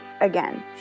again